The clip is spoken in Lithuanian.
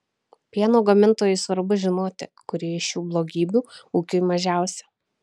pieno gamintojui svarbu žinoti kuri iš šių blogybių ūkiui mažiausia